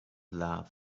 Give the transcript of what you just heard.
love